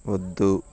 వద్దు